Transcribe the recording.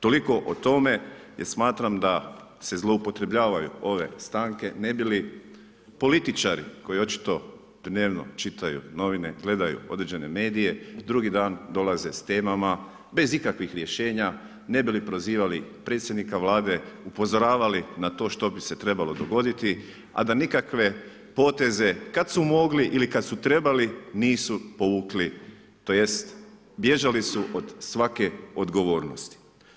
Toliko o tome, jer smatram, da se zloupotrjebljavaju ove stanke, ne bi li političari koji očito dnevno čitaju novine, gledaju određene medije, drugi dan, dolaze s temama bez ikakvih rješenja, ne bi li prozivali predsjednika Vlade, upozoravali, na to što bi se trebalo dogoditi, a da nikakve poteze, kad su mogli ili kad su trebali nisu povukli, tj. bježali su od svake odgovornosti.